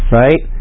right